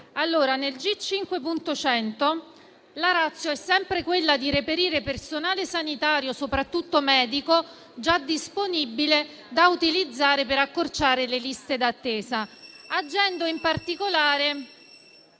G5.100, la *ratio* è sempre quella di reperire personale sanitario, soprattutto medico, già disponibile da utilizzare per accorciare le liste d'attesa,